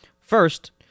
First